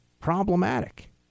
problematic